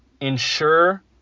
Ensure